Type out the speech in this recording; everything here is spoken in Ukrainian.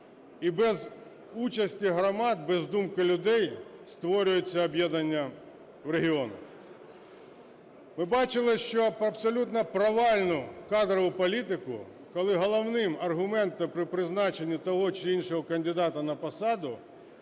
і без участі громад, без думки людей створюються об'єднання в регіонах. Ми бачили абсолютно провальну кадрову політику, коли головним аргументом при призначенні того чи іншого кандидата на посаду